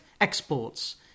exports